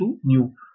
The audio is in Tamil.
74410